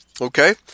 Okay